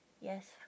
yes